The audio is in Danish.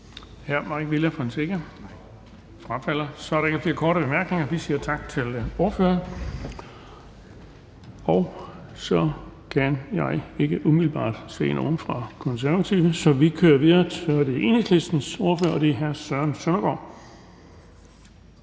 Hr. Mike Villa Fonseca frafalder. Så er der ikke flere korte bemærkninger. Vi siger tak til ordføreren. Og jeg kan ikke umiddelbart se nogen fra De Konservative, så vi kører videre til Enhedslistens ordfører, og det er hr. Søren Søndergaard.